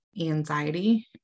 anxiety